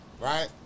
right